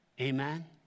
Amen